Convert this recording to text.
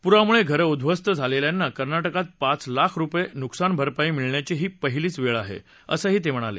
पुरामुळे घरं उध्वस्त झालेल्यांना कर्नाटकात पाच लाख रुपये नुकसानभरपाई मिळण्याची ही पहिलीच वेळ आहे असं ते म्हणाले